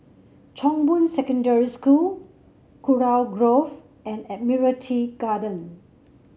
Chong Boon Secondary School Kurau Grove and Admiralty Garden